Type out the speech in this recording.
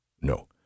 no